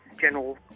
General